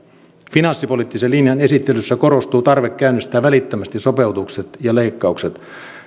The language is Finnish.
finanssipoliittisen linjan esittelyssä korostuu tarve käynnistää välittömästi sopeutukset ja leikkaukset